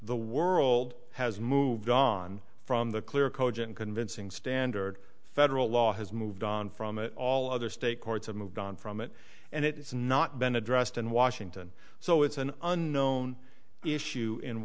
the world has moved on from the clear cogent convincing standard federal law has moved on from it all other state courts have moved on from it and it has not been addressed in washington so it's an unknown issue in